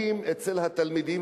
כשחלים שינויים אצל התלמידים,